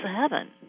heaven